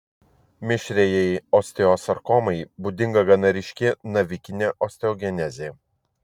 mišriajai osteosarkomai būdinga gana ryški navikinė osteogenezė